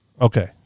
Okay